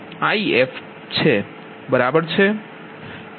તો VrfZfIf બરાબર છે